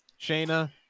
Shayna